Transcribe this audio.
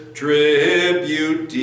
tribute